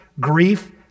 grief